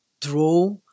draw